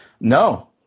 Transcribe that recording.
No